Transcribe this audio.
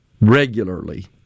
regularly